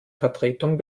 vertretung